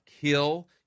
kill